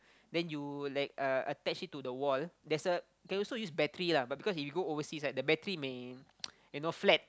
then you like uh attach it to the wall there's a you can also use battery lah but because if you go overseas right the battery may you know flat